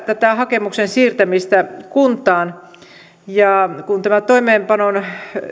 tätä hakemuksen siirtämistä kuntaan ja kun tämä toimeenpanon